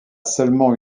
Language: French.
seulement